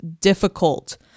difficult